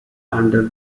under